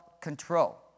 Control